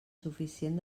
suficient